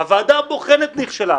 הוועדה הבוחנת נכשלה.